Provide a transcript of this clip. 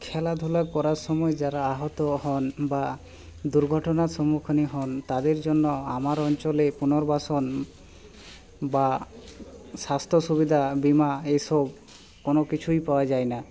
খেলাধুলো করার সময় যারা আহত হন বা দুর্ঘটনার সম্মুখীন হন তাদের জন্য আমার অঞ্চলে পুনর্বাসন বা স্বাস্থ্য সুবিধা বিমা এসব কোনো কিছুই পাওয়া যায় না